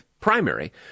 primary